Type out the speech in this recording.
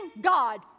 god